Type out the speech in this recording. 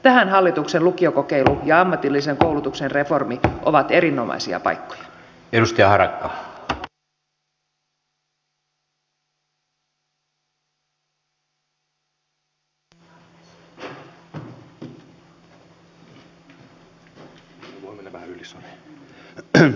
tähän hallituksen lukiokokeilu ja ammatillisen koulutuksen reformi ovat erinomaisia paikkoja